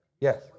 Yes